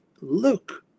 look